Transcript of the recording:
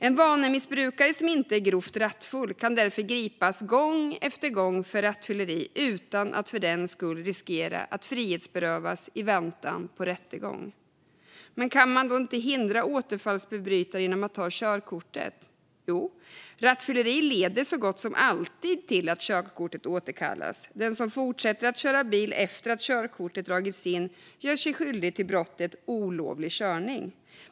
En vanemissbrukare som inte är grovt rattfull kan därför gripas gång efter gång för rattfylleri utan att för den skull riskera att frihetsberövas i väntan på rättegång. Kan man då inte hindra återfallsförbrytare genom att ta körkortet? Jo, rattfylleri leder så gott som alltid till att körkortet återkallas. Den som fortsätter att köra bil efter att körkortet dragits in gör sig skyldig till brottet olovlig körning.